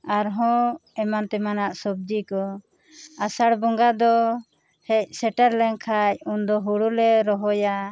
ᱟᱨ ᱦᱚᱸ ᱮᱢᱟᱱ ᱛᱮᱢᱟᱱᱟᱜ ᱥᱚᱵᱽᱡᱤ ᱠᱚ ᱟᱥᱟᱲ ᱵᱚᱸᱜᱟ ᱫᱚ ᱦᱮᱡ ᱥᱮᱴᱮᱨ ᱞᱮᱱ ᱠᱷᱟᱡ ᱩᱱ ᱫᱚ ᱦᱳᱲᱳ ᱞᱮ ᱨᱚᱦᱚᱭᱟ